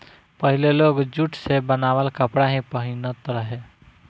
पहिले लोग जुट से बनावल कपड़ा ही पहिनत रहे